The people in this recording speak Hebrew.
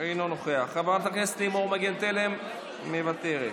אינו נוכח, חברת הכנסת לימור מגן תלם, מוותרת,